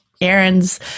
Aaron's